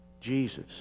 Jesus